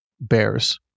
bears